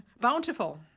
Bountiful